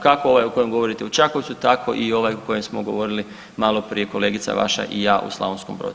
Kako ovaj o kojem govorite u Čakovcu, tako i ovaj o kojem smo govorili malo prije kolegica vaša i ja u Slavonskom Brodu.